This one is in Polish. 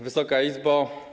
Wysoka Izbo!